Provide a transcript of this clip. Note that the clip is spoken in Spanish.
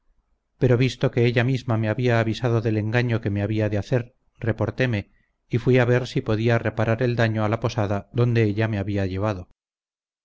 pero visto que ella misma me había avisado del engaño que me había de hacer reportéme y fui a ver si podía reparar el daño a la posada donde ella me había llevado